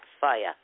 fire